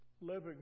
living